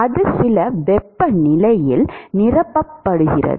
அது சில வெப்பநிலையில் நிரப்பப்படுகிறது